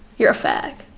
you're a fag.